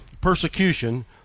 persecution